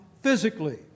physically